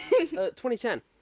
2010